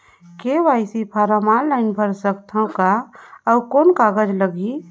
KYC form online भर सकत हवं का? अउ कौन कागज लगही?